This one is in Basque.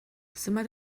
zenbat